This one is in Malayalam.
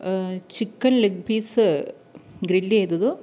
chicken leg piece ഗ്രില്ലെയ്തത്